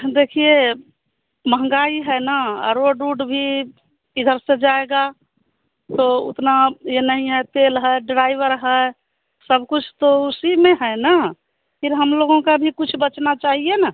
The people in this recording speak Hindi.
देखिए महंगाई है ना और रोड उड भी इधर से जाएगा तो उतना यह नहीं है तेल है ड्राईवर है सब कुछ तो उसी में है ना फिर हम लोगों का भी कुछ बचना चाहिए ना